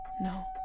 No